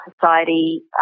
society